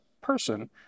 person